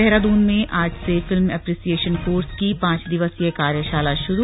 देहरादून में आज से फिल्म एप्रिसियेशन कोर्स की पांच दिवसीय कार्यशाला शुरू